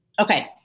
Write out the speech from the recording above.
Okay